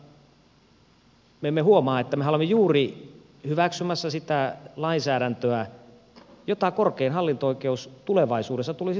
samaan aikaan me emme huomaa että mehän olemme juuri hyväksymässä sitä lainsäädäntöä jota korkein hallinto oikeus tulevaisuudessa tulisi soveltamaan